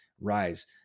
rise